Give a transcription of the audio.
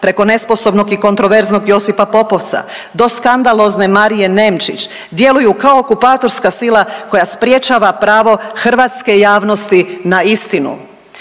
preko nesposobnog i kontroverznog Josipa Popovca do skandalozne Marije Nemčić djeluju kao okupatorska sila koja sprječava pravo hrvatske javnosti na istinu.